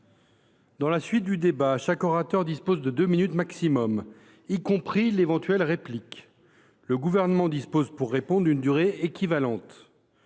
Dans la suite du débat, chaque orateur dispose de deux minutes maximum, y compris l’éventuelle réplique. Le Gouvernement dispose pour répondre d’une durée équivalente.